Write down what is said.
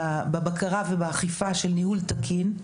בבקרה ובאכיפה של ניהול תקין,